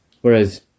Whereas